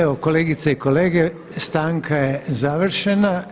Evo kolegice i kolege, stanka je završena.